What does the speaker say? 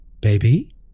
Baby